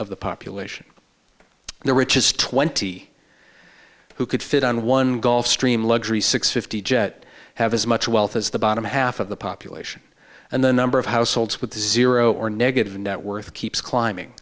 of the population the richest twenty who could fit on one gulfstream luxury six fifty jet have as much wealth as the bottom half of the population and the number of households with zero or negative net worth keeps climbing